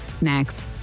next